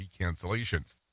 cancellations